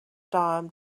dame